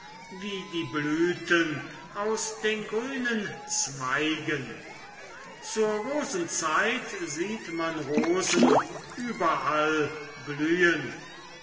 wie die blüten aus den grünen zweigen zur rosenzeit sieht man rosen überall blühen